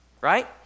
Right